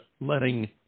letting